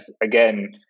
again